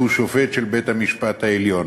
שהוא שופט של בית-המשפט העליון.